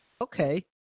Okay